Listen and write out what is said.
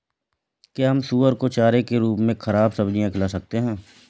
क्या हम सुअर को चारे के रूप में ख़राब सब्जियां खिला सकते हैं?